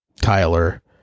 Tyler